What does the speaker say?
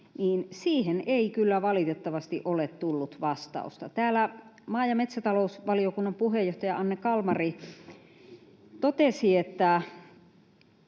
siihen ei kyllä valitettavasti ole tullut vastausta. Täällä maa- ja metsätalousvaliokunnan puheenjohtaja Anne Kalmari totesi, että